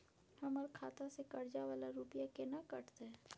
हमर खाता से कर्जा वाला रुपिया केना कटते?